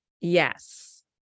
yes